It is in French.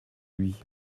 lui